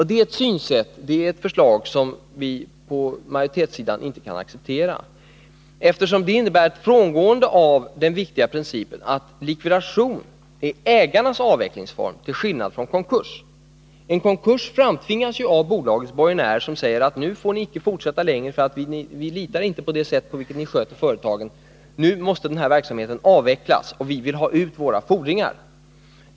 Det är ett förslag som vi på majoritetssidan inte kan acceptera, eftersom det innebär ett frångående av den viktiga principen att likvidation, till skillnad från konkurs, är ägarnas avvecklingsform. En konkurs framtvingas ju av bolagets borgenärer som säger: Nu får ni icke fortsätta längre. Vi litar inte på det sätt på vilket ni skött företaget. Nu måste den här verksamheten avvecklas, och vi vill ha betalt för våra fordringar.